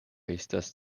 estas